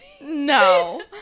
No